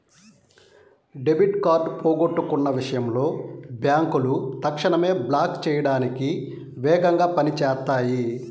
debit card పోగొట్టుకున్న విషయంలో బ్యేంకులు తక్షణమే బ్లాక్ చేయడానికి వేగంగా పని చేత్తాయి